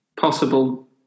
possible